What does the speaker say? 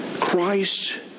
Christ